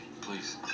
please